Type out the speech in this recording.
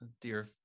dear